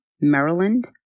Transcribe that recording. Maryland